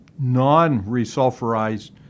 non-resulfurized